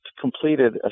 completed